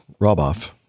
Roboff